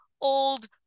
old